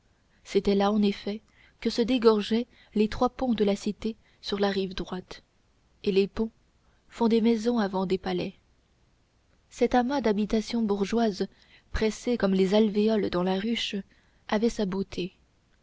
c'était là en effet que se dégorgeaient les trois ponts de la cité sur la rive droite et les ponts font des maisons avant des palais cet amas d'habitations bourgeoises pressées comme les alvéoles dans la ruche avait sa beauté